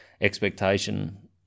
expectation